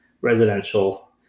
residential